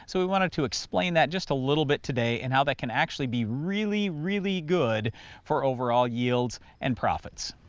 so we wanted to explain that just a little bit today and how that can actually be really really good for overall yields and profits.